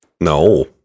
no